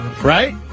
Right